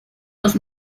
los